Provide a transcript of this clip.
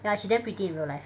ya she damn pretty in real life